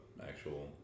actual